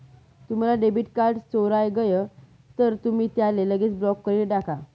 तुम्हना debit card चोराय गय तर तुमी त्याले लगेच ब्लॉक करी टाका